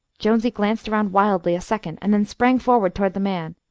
jonesy glanced around wildly a second, and then sprang forward toward the man.